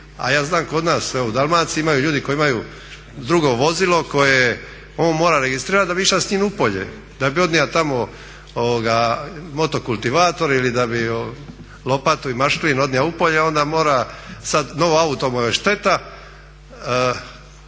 A ja znam kod nas evo u Dalmaciji imaju ljudi koji imaju drugo vozilo koje on mora registrirat da bi išao s njim u polje, da bi odnio tamo motokultivator ili da bi lopatu i maškrin odnio u polje onda mora sad, novo auto mu je šteta